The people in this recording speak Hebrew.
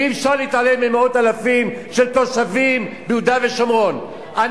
אי-אפשר להתעלם ממאות אלפים של תושבים ביהודה ושומרון.